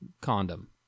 condom